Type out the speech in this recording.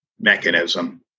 mechanism